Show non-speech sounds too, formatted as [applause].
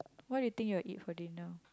[noise] what you think you'll eat for dinner